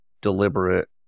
deliberate